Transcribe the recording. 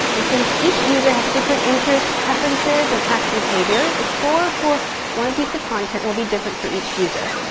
and since each user has different interests, preferences and past behavior, the score for one piece of content will be different for each user.